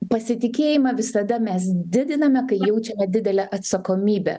pasitikėjimą visada mes didiname kai jaučiame didelę atsakomybę